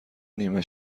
نیمه